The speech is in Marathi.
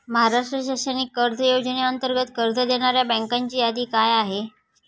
महाराष्ट्र शैक्षणिक कर्ज योजनेअंतर्गत कर्ज देणाऱ्या बँकांची यादी काय आहे?